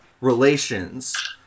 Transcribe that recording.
relations